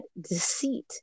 deceit